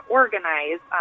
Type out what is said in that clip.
organize